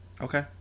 Okay